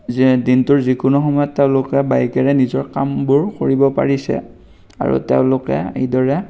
দিনটোৰ যিকোনো সময়ত তেওঁলোকে বাইকেৰে নিজৰ কামবোৰ কৰিব পাৰিছে আৰু তেওঁলোকে এইদৰে